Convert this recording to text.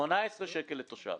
18 שקל לתושב.